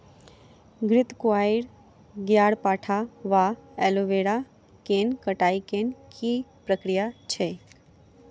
घृतक्वाइर, ग्यारपाठा वा एलोवेरा केँ कटाई केँ की प्रक्रिया छैक?